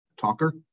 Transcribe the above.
talker